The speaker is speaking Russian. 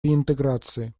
реинтеграции